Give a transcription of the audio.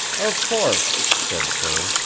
of course, said prale.